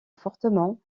fortement